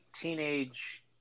teenage